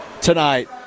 tonight